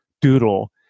doodle